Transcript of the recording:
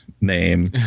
name